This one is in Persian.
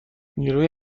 نیروی